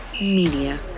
Media